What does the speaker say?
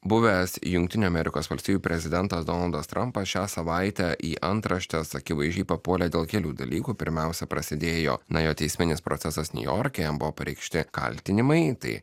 buvęs jungtinių amerikos valstijų prezidentas donaldas trampas šią savaitę į antraštes akivaizdžiai papuolė dėl kelių dalykų pirmiausia prasidėjo na jo teisminis procesas niujorke jam buvo pareikšti kaltinimai tai